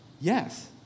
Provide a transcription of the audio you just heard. yes